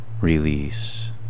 release